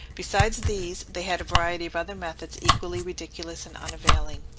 besides these, they had a variety of other methods equally ridiculous and unavailing,